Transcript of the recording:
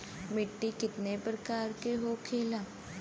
मिट्टी कितने प्रकार के होखेला?